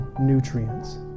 nutrients